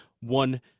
one